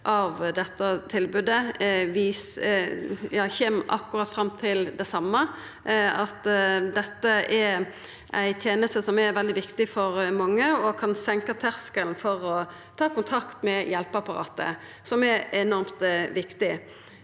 dette er ei teneste som er veldig viktig for mange, og som kan senka terskelen for å ta kontakt med hjelpeapparatet,